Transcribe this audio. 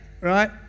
right